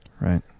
Right